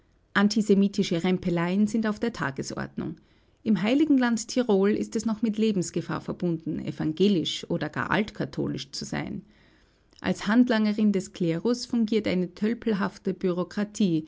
antisemitische rempeleien sind auf der tagesordnung im heiligen land tirol ist es noch mit lebensgefahr verbunden evangelisch oder gar altkatholisch zu sein als handlangerin des klerus fungiert eine tölpelhafte